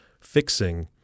fixing